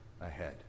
ahead